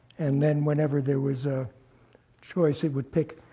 and then whenever there was a choice, he would pick